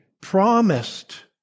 promised